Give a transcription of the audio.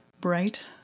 bright